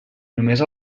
només